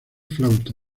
flauta